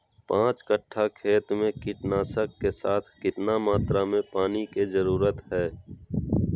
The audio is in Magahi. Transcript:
पांच कट्ठा खेत में कीटनाशक के साथ कितना मात्रा में पानी के जरूरत है?